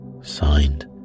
signed